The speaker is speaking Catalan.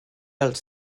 els